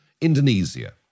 Indonesia